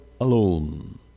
alone